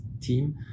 team